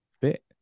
fit